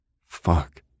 Fuck